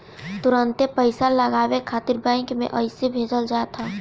तुरंते पईसा लगावे खातिर बैंक में अइसे भेजल जात ह